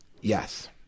Yes